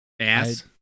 ass